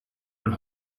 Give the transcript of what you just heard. een